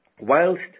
whilst